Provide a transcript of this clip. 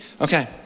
Okay